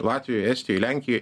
latvijoj estijoj lenkijoj